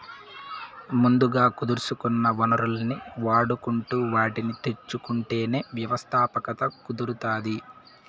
ముందుగా కుదుర్సుకున్న వనరుల్ని వాడుకుంటు వాటిని తెచ్చుకుంటేనే వ్యవస్థాపకత కుదురుతాది